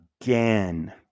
again